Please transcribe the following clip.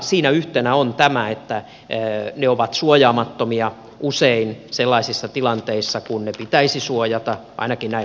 siinä yhtenä on tämä että ne ovat suojaamattomia usein sellaisissa tilanteissa missä ne pitäisi suojata ainakin näin maallikon näkökulmasta